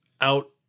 Out